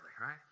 right